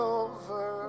over